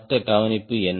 மற்ற கவனிப்பு என்ன